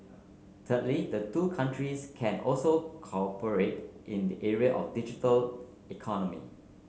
thirdly the two countries can also cooperate in the area of digital economy